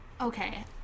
Okay